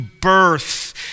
birth